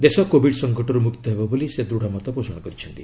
ଦେଶ କୋବିଡ୍ ସଂକଟରୁ ମୁକ୍ତ ହେବ ବୋଲି ସେ ଦୂଢ଼ ମତପୋଷଣ କରିଛନ୍ତି